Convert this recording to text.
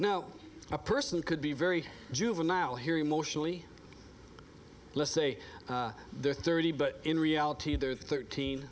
now a person could be very juvenile here emotionally let's say they're thirty but in reality they're thirteen